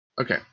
Okay